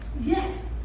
yes